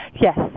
Yes